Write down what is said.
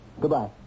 Goodbye